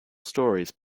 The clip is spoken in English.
stories